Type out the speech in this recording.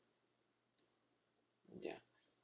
yeah